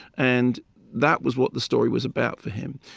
and that was what the story was about for him